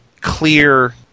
clear